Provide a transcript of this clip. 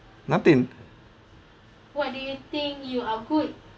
nothing